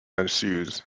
ensues